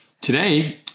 Today